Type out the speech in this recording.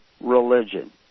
religion